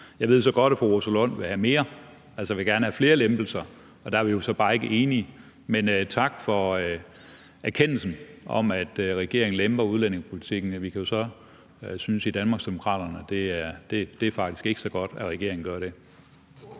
Jeg ved så godt, at fru Rosa Lund vil have mere, altså gerne vil have flere lempelser, og der er vi så bare ikke enige. Men tak for erkendelsen af, at regeringen lemper udlændingepolitikken. Vi kan jo så synes i Danmarksdemokraterne, at det faktisk ikke er så godt, at regeringen gør det.